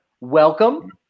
welcome